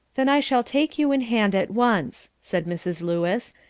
then i shall take you in hand at once, said mrs. lewis,